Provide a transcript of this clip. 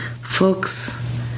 Folks